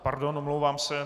Pardon, omlouvám se.